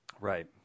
right